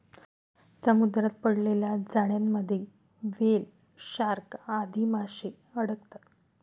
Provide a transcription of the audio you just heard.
समुद्रात पडलेल्या जाळ्यांमध्ये व्हेल, शार्क आदी माशे अडकतात